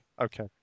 Okay